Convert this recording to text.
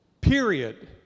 Period